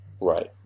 right